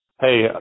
Hey